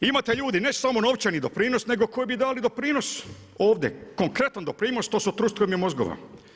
Imate ljude, ne samo novčani doprinos nego koji dali doprinos, ovdje, konkretan doprinos, to su trustanje mozgova.